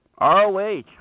ROH